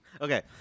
Okay